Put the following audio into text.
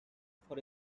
for